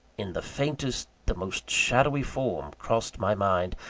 in the faintest, the most shadowy form, crossed my mind,